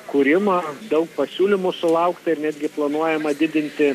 kūrimo daug pasiūlymų sulaukta ir netgi planuojama didinti